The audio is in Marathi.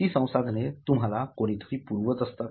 ती संसाधने तुम्हाला कोणीतरी पुरवीत असते